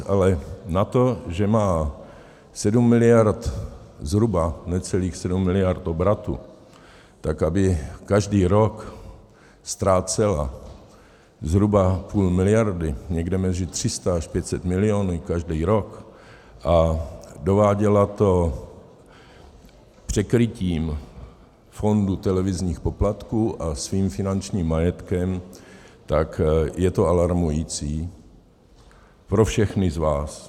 Ale na to, že má 7 miliard zhruba, necelých 7 miliard obratu, tak aby každý rok ztrácela zhruba půl miliardy, někde mezi 300 až 500 miliony každý rok, a dováděla (?) to překrytím fondu televizních poplatků a svým finančním majetkem, tak je to alarmující pro všechny z vás.